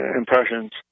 impressions